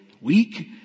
weak